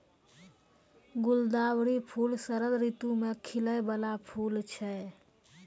गुलदावरी फूल शरद ऋतु मे खिलै बाला फूल छै